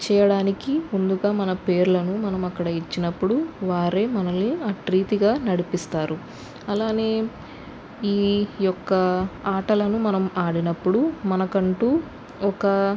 చేయడానికి ముందుగా మన పేర్లను మనం అక్కడ ఇచ్చినప్పుడు వారే మనల్ని అప్రీతిగా నడిపిస్తారు అలానే ఈ యొక్క ఆటలను మనం ఆడినప్పుడు మనకంటూ ఒక